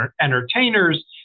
entertainers